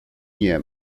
nie